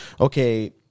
okay